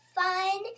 fun